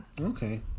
Okay